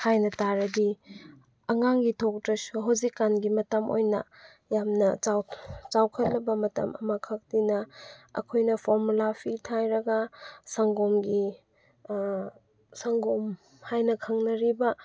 ꯍꯥꯏꯅ ꯇꯥꯔꯗꯤ ꯑꯉꯥꯡꯒꯤ ꯊꯣꯛꯇ꯭ꯔꯁꯨ ꯍꯧꯖꯤꯛꯀꯥꯟꯒꯤ ꯃꯇꯝ ꯑꯣꯏꯅ ꯌꯥꯝꯅ ꯆꯥꯎꯈꯠꯂꯕ ꯃꯇꯝ ꯑꯃꯈꯛꯅꯤꯅ ꯑꯩꯈꯣꯏꯒ ꯐꯣꯔꯃꯨꯂꯥ ꯐꯤꯠ ꯍꯥꯏꯔꯒ ꯁꯪꯒꯣꯝꯒꯤ ꯁꯪꯒꯣꯝ ꯍꯥꯏꯅ ꯈꯪꯅꯔꯤꯕ